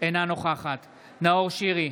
אינה נוכחת נאור שירי,